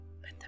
but